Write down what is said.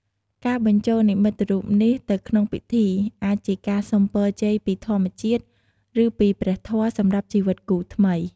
ការបញ្ចូលនិមិត្តរូបនេះទៅក្នុងពិធី អាចជាការសុំពរជ័យពីធម្មជាតិ ឬពីព្រះធម៌ សម្រាប់ជីវិតគូថ្មី។